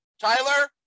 tyler